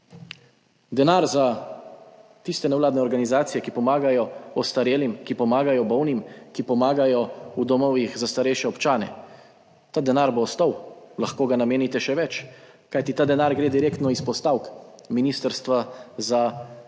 denar za tiste nevladne organizacije, ki pomagajo ostarelim, ki pomagajo bolnim, ki pomagajo v domovih za starejše občane. Ta denar bo ostal, lahko ga namenite še več, kajti ta denar gre direktno iz postavk Ministrstva za delo,